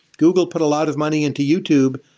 google put a lot of money into youtube,